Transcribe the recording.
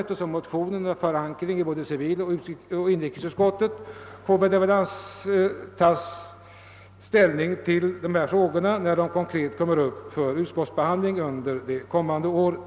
Eftersom motionen har förankring i både civiloch inrikesutskotten får väl dessa ta ställning när den konkreta frågan kommer upp för utskottsbehandling under det komman de året.